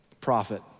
profit